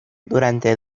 durante